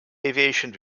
aviation